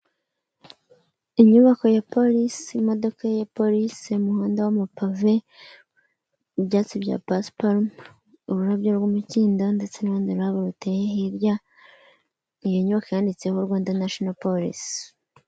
Inyubako ya polisi, imodoka ya polisi, umuhanda w'amapave, ibyatsi bya pasiparume, ururabyo rw'imikindo ndetse n'ururabo ruteye hirya, iyo nyubako yanditseho: Rwanda nashono polisi.